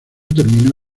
terminó